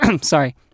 Sorry